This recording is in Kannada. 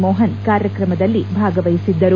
ಮೋಹನ್ ಕಾರ್ಯಕ್ರಮದಲ್ಲಿ ಭಾಗವಹಿಸಿದ್ದರು